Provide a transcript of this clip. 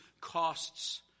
costs